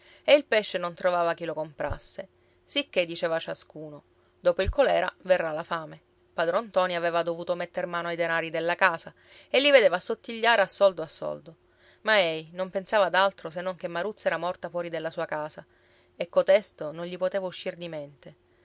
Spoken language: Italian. e il pesce non trovava chi lo comprasse sicché diceva ciascuno dopo il colèra verrà la fame padron ntoni aveva dovuto metter mano ai denari della casa e li vedeva assottigliare a soldo a soldo ma ei non pensava ad altro se non che maruzza era morta fuori della sua casa e cotesto non gli poteva uscir di mente